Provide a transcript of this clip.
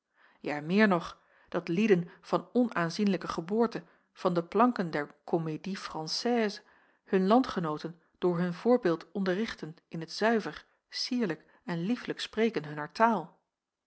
ja meer nog dat lieden van onaanzienlijke geboorte van de planken der comédie française hun landgenooten door hun voorbeeld onderrichten in het zuiver cierlijk en liefelijk spreken hunner taal